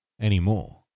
anymore